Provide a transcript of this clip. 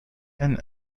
and